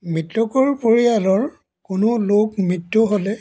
মৃতকৰ পৰিয়ালৰ কোনো লোক মৃত্যু হ'লে